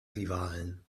rivalen